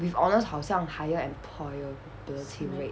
with honours 好像 higher employability rate